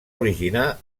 originar